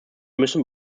müssen